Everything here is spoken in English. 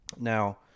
Now